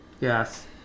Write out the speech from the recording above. Yes